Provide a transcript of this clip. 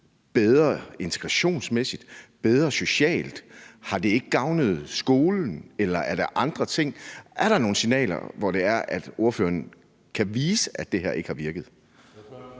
bedre integrationsmæssigt og bedre socialt? Har det ikke gavnet skolen, eller er der andre ting? Er der nogle signaler, der gør, at ordføreren kan vise, at det her ikke har virket?